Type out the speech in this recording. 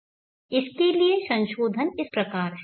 इसके लिए संशोधन इस प्रकार है